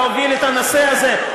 להוביל את הנושא הזה.